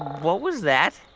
what was that?